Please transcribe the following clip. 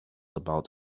about